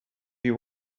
you